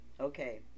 Okay